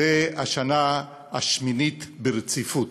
זו השנה השמינית ברציפות,